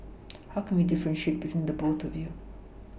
how can we differentiate between the both of you